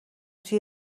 توی